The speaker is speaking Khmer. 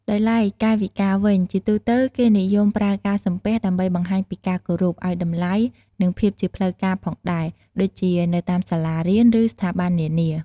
ដោយឡែកកាយវិការវិញ ជាទូទៅគេនិយមប្រើការសំពះ ដើម្បីបង្ហាញពីការគោរព ឱ្យតម្លៃ និងភាពជាផ្លូវការផងដែរ ដូចជា នៅតាមសាលា ឬ ស្ថាប័ននានា។